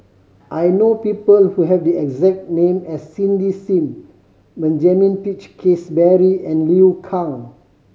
I know people who have the exact name as Cindy Sim Benjamin Peach Keasberry and Liu Kang